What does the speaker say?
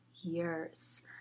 years